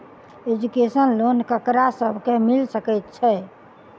Education loan ककरा सब केँ मिल सकैत छै?